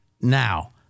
Now